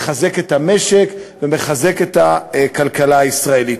מחזק את המשק ומחזק את הכלכלה הישראלית.